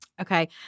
Okay